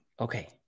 Okay